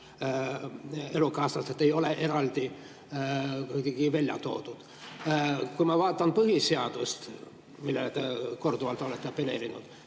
elukaaslased ei ole eraldi kuidagi välja toodud. Kui ma vaatan põhiseadust, millele te korduvalt olete apelleerinud,